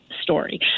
story